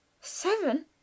seven